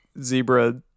zebra